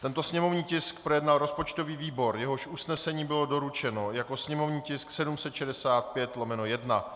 Tento sněmovní tisk projednal rozpočtový výbor, jehož usnesení bylo doručeno jako sněmovní tisk 765/1.